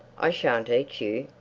i shan't eat you.